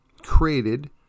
created